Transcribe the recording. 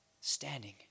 standing